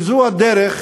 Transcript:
אם זו הדרך,